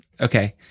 okay